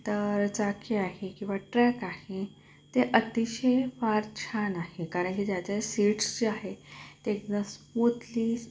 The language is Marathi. तर चाकी आहे किंवा ट्रॅक आहे ते अतिशय फार छान आहे कारण की ज्याच्या सीट्स ज्या आहे ते एकदम स्मूथली